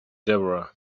deborah